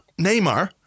Neymar